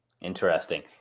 Interesting